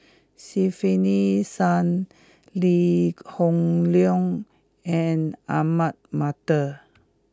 Stefanie Sun Lee Hoon Leong and Ahmad Mattar